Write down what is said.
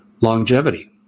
longevity